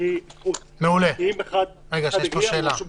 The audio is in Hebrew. זה לא מה --- אחד הגיע, הוא רשום בקלפי.